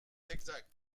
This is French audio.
exact